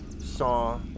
saw